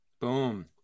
Boom